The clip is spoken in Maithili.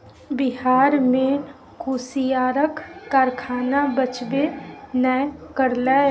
बिहार मे कुसियारक कारखाना बचबे नै करलै